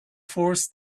force